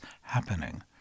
happening